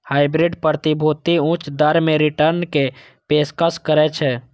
hybrid प्रतिभूति उच्च दर मे रिटर्नक पेशकश करै छै